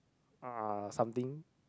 uh something